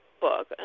book